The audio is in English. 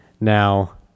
Now